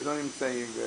לא נמצאים.